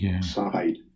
side